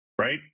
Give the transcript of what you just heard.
right